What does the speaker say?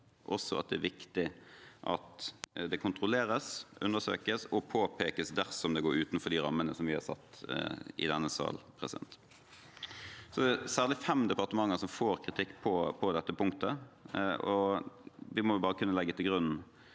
det er viktig at det kontrolleres, undersøkes og påpekes dersom det går utenfor de rammene som vi har satt i denne sal. Det er særlig fem departementer som får kritikk på dette punktet, og vi må kunne legge til grunn